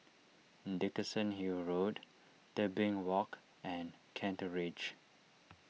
Dickenson Hill Road Tebing Walk and Kent Ridge